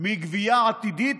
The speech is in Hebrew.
מגבייה עתידית,